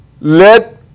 let